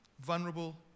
vulnerable